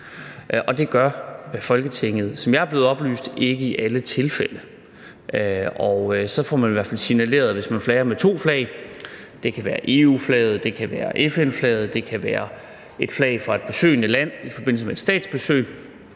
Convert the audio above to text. det gør Folketinget, som jeg er blevet oplyst om, ikke i alle tilfælde. Så får man i hvert fald signaleret, hvis man flager med to flag – det kan være EU-flaget, det kan være FN-flaget, eller det kan være et flag fra et besøgende land i forbindelse med et statsbesøg